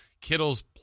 Kittle's